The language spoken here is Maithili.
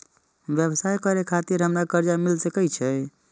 व्यवसाय करे खातिर हमरा कर्जा मिल सके छे?